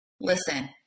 listen